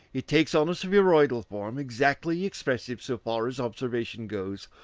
it takes on a spheroidal form exactly expressive, so far as observation goes,